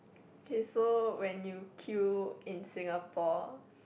K so when you queue in Singapore